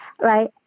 right